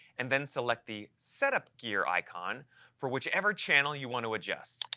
and then select the setup gear icon for whichever channel you want to adjust.